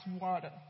water